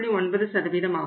9 ஆகும்